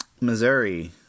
Missouri